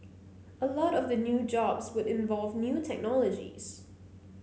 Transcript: a lot of the new jobs would involve new technologies